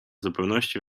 zupełności